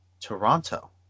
Toronto